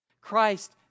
Christ